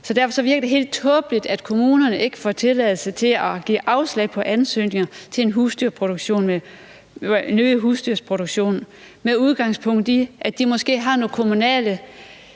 derfor virker det helt tåbeligt, at kommunerne ikke får tilladelse til at give afslag på ansøgninger om ny husdyrproduktion med udgangspunkt i, at de måske har nogle kommunale